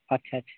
ᱟᱪᱪᱷᱟ ᱪᱷᱟ